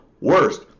worst